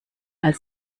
all